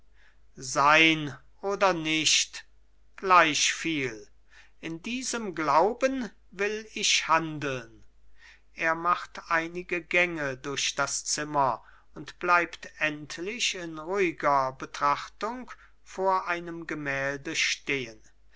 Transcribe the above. sein oder nicht gleichviel in diesem glauben will ich handeln er macht einige gänge durch das zimmer und bleibt endlich in ruhiger betrachtung vor einem gemälde stehen